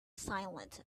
silent